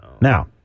Now